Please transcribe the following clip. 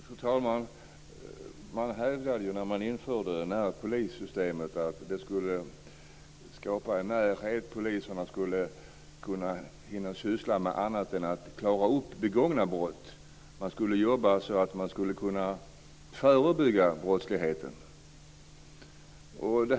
Fru talman! Man hävdade när man införde närpolissystemet att det skulle skapa en närhet. Poliserna skulle hinna syssla med annat än att klara upp begångna brott. De skulle jobba så att de skulle kunna förebygga brottslighet.